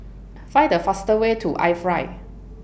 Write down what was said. Find The faster Way to IFly